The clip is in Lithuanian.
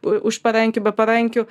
už parankių be parankių